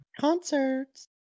Concerts